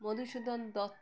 Madhusudan Dutta